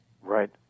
Right